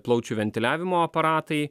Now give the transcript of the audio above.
plaučių ventiliavimo aparatai